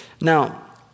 Now